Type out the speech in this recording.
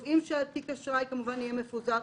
אנחנו קובעים שתיק האשראי יהיה מפוזר,